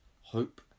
hope